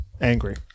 angry